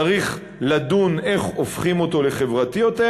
צריך לדון איך הופכים אותו לחברתי יותר.